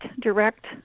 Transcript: direct